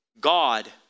God